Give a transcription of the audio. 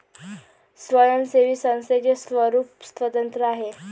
स्वयंसेवी संस्थेचे स्वरूप स्वतंत्र आहे